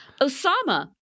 Osama